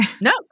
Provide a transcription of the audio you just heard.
No